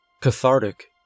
Cathartic